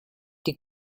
die